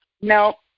no